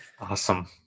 Awesome